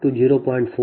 2084 0